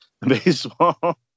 baseball